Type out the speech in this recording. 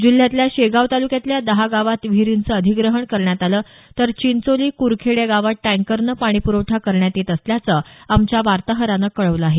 जिल्ह्यातल्या शेगाव तालुक्यातल्या दहा गावात विहीरींचं अधिग्रहण करण्यात आलं तर चिंचोली क्रखेड या गावात टँकरनं पाणीप्रवठा करण्यात येत असल्याचं आमच्या वार्ताहरानं कळवलं आहे